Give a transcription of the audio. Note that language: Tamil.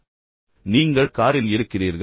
பின்னர் நீங்கள் காரில் இருக்கிறீர்கள்